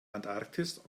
antarktis